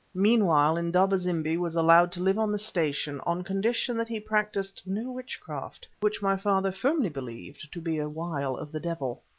meanwhile indaba-zimbi was allowed to live on the station on condition that he practised no witchcraft, which my father firmly believed to be a wile of the devil.